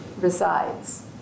resides